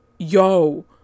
Yo